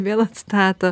vėl atstato